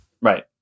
Right